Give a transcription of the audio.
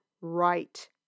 right